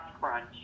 crunch